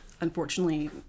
unfortunately